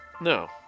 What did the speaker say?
No